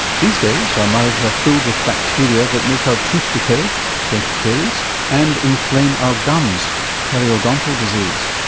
these days, our mouths are filled with bacteria that make our teeth decay dental caries and inflame our gums periodontal disease.